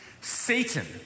Satan